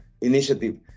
initiative